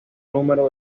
número